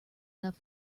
enough